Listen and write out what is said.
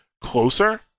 closer